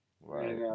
right